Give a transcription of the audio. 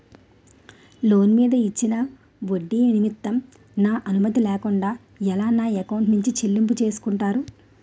Loan మీద ఇచ్చిన ఒడ్డి నిమిత్తం నా అనుమతి లేకుండా ఎలా నా ఎకౌంట్ నుంచి చెల్లింపు చేసుకుంటారు?